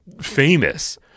famous